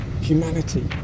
humanity